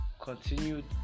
continued